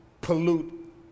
pollute